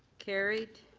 carried.